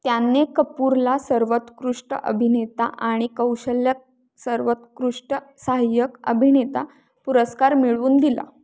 त्यांनी कपूरला सर्वोत्कृष्ट अभिनेता आणि कौशल्य सर्वोत्कृष्ट सहाय्यक अभिनेता पुरस्कार मिळवून दिला